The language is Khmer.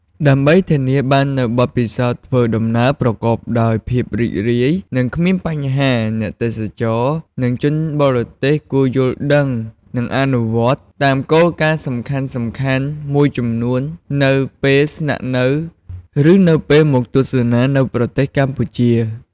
ដើម្បីធានាបាននូវបទពិសោធន៍ធ្វើដំណើរប្រកបដោយភាពរីករាយ និងគ្មានបញ្ហា អ្នកទេសចរ និងជនបរទេសគួរយល់ដឹង និងអនុវត្តតាមគោលការណ៍សំខាន់ៗមួយចំនួននៅពេលស្នាក់នៅ ឬនៅពេលមកទស្សនានៅប្រទេសកម្ពុជា។